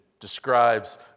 describes